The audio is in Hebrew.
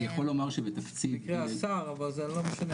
אני יכול לומר שבתקציב השר, אבל זה לא משנה.